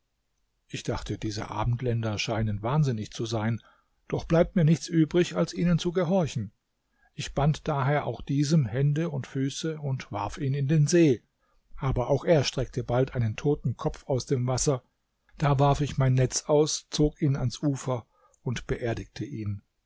ich dachte diese abendländer scheinen wahnsinnig zu sein doch bleibt mir nichts übrig als ihnen zu gehorchen ich band daher auch diesem hände und füße und warf ihn in den see aber auch er streckte bald einen toten kopf aus dem wasser da warf ich mein netz aus zog ihn ans ufer und beerdigte ihn